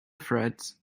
threads